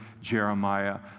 Jeremiah